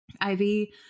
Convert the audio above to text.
Ivy